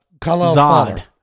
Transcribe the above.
Zod